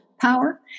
power